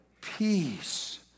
Peace